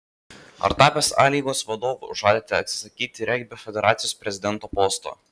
ar tapęs a lygos vadovu žadate atsisakyti regbio federacijos prezidento posto